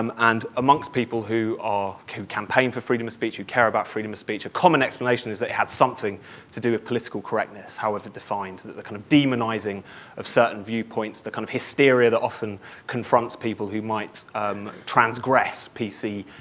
um and amongst people who ah who campaign for freedom of speech, who care about freedom of speech, a common explanation is that it had something to do with political correctness, however defined, the kind of demonizing of certain viewpoints, the kind of hysteria that often confronts people who might um transgress p c.